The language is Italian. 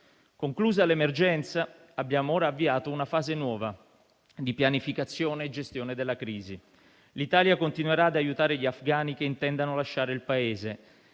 Conclusa l'emergenza, abbiamo ora avviato una fase nuova di pianificazione e gestione della crisi. L'Italia continuerà ad aiutare gli afghani che intendano lasciare il Paese